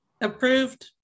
Approved